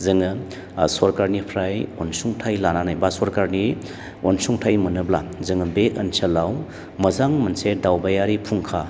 जोङो ओ सरखारनिफ्राय अनसुंथाय लानानै बा सरखारनि अनसुंथाय मोनोब्ला जोङो बे ओनसोलाव मोजां मोनसे दावबायारि फुंखा